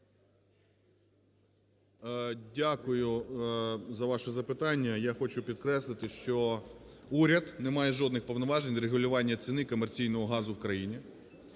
Дякую за ваше запитання. Я хочу підкреслити, що уряд не має жодних повноважень для регулювання ціни комерційного газу в країні.